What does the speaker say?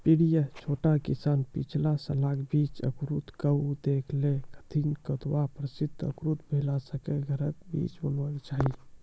प्रायः छोट किसान पिछला सालक बीज अंकुरित कअक देख लै छथिन, केतबा प्रतिसत अंकुरित भेला सऽ घरक बीज बुनबाक चाही?